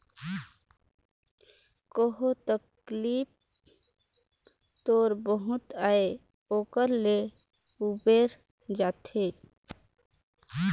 कहो तकलीफ थोर बहुत अहे ओकर ले उबेर जाथे